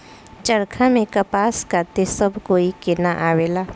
चरखा से कपास काते सब कोई के ना आवेला